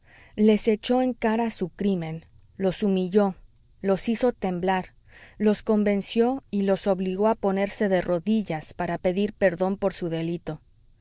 les echó en cara su crimen los humilló los hizo temblar los convenció y los obligó a ponerse de rodillas para pedir perdón por su delito